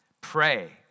pray